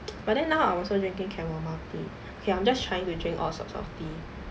but then now I also drinking chamomile tea okay I'm just trying to drink all sorts of tea